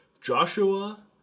Joshua